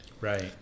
Right